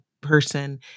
person